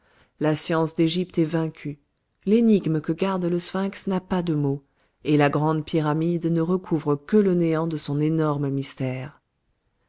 la science de l'égypte est vaincue l'énigme que garde le sphinx n'a pas de mot et la grande pyramide ne recouvre que le néant de son énorme mystère